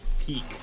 Peak